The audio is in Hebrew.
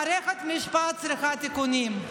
מערכת המשפט צריכה תיקונים,